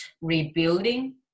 rebuilding